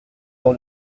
dans